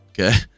Okay